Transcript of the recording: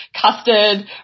custard